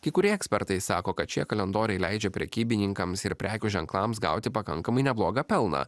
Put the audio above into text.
kai kurie ekspertai sako kad šie kalendoriai leidžia prekybininkams ir prekių ženklams gauti pakankamai neblogą pelną